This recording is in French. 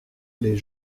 les